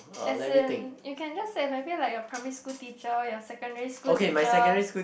as in you can just say maybe like your primary school teacher your secondary school teacher